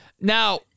Now